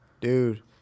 Dude